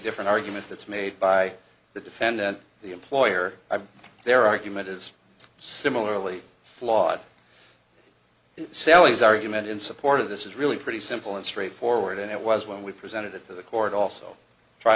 different argument that's made by the defendant the employer their argument is similarly flawed sally's argument in support of this is really pretty simple and straightforward and it was when we presented it to the court also tr